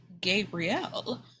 Gabrielle